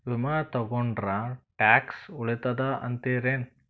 ವಿಮಾ ತೊಗೊಂಡ್ರ ಟ್ಯಾಕ್ಸ ಉಳಿತದ ಅಂತಿರೇನು?